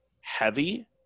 heavy